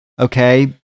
okay